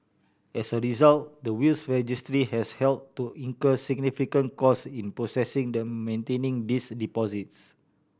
as a result the Wills Registry has had to incur significant costs in processing the maintaining these deposits